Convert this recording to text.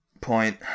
Point